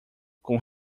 com